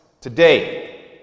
Today